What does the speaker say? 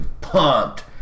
pumped